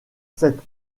cette